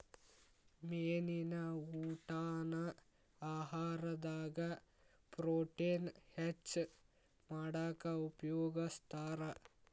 ಮೇನಿನ ಊಟಾನ ಆಹಾರದಾಗ ಪ್ರೊಟೇನ್ ಹೆಚ್ಚ್ ಮಾಡಾಕ ಉಪಯೋಗಸ್ತಾರ